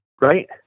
Right